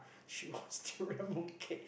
she wants durian mooncake